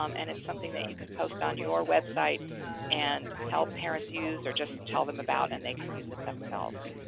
um and it's something that you can post on your website and help parents use, or just tell them about it and they can use it themselves.